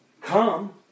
come